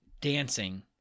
dancing